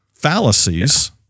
fallacies